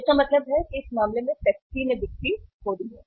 तो इसका मतलब है कि इस मामले में पेप्सी ने बिक्री खो दी है